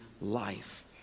life